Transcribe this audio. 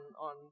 on